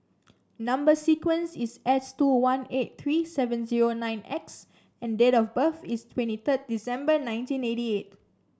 number sequence is S two one eight three seven zero nine X and date of birth is twenty third December nineteen eighty eight